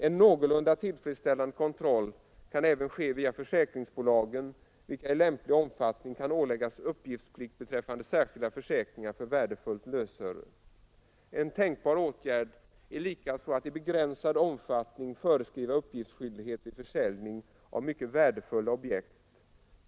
En någorlunda tillfredsställande kontroll kan även ske via försäkringsbolagen, vilka i lämplig omfattning kan åläggas uppgiftsplikt beträffande särskilda försäkringar för värdefullt lösöre. En tänkbar åtgärd är likaså att i begränsad omfattning föreskriva uppgiftsskyldighet vid försäljning av mycket värdefulla objekt.